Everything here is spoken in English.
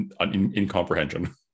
incomprehension